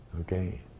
Okay